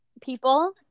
people